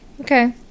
Okay